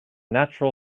natural